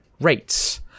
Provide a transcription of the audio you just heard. rates